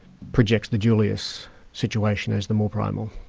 projects the julius situation as the more primal.